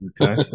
Okay